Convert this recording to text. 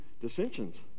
dissensions